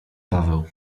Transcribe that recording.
paweł